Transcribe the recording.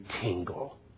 tingle